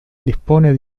dispone